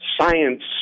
science